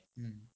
mm